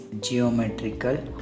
geometrical